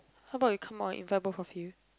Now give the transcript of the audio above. how about you come out invite both of you